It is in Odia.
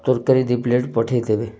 ତରକାରୀ ଦୁଇ ପ୍ଲେଟ୍ ପଠେଇଦେବେ